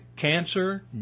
cancer